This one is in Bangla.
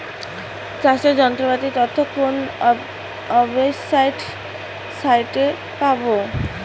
চাষের যন্ত্রপাতির তথ্য কোন ওয়েবসাইট সাইটে পাব?